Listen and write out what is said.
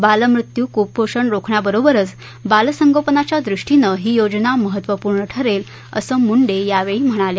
बालमृत्यू कुपोषण रोखण्याबरोबरच बालसंगोपनाच्या दृष्टीनं ही योजना महत्वपूर्ण ठरेल असं मुंडे यावेळी म्हणाल्या